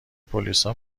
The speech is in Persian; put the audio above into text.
پلیسا